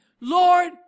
Lord